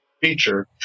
feature